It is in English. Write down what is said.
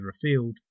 afield